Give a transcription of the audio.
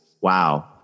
wow